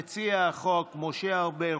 מציע החוק, משה ארבל.